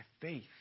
faith